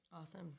Awesome